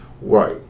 right